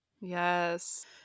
Yes